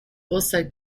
also